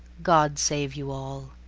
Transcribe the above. god save you all!